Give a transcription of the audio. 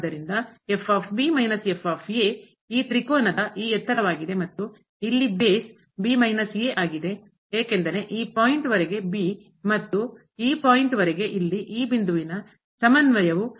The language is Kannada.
ಆದ್ದರಿಂದ ಈ ತ್ರಿಕೋನದ ಈ ಎತ್ತರವಾಗಿದೆ ಮತ್ತು ಇಲ್ಲಿ ಬೇಸ್ ಏಕೆಂದರೆ ಈ ಪಾಯಿಂಟ್ ಹಂತದ ವರೆಗೆ ಮತ್ತು ಈ ಪಾಯಿಂಟ್ ಹಂತದ ವರೆಗೆ ಇಲ್ಲಿ ಈ ಬಿಂದುವಿನ ಸಮನ್ವಯವು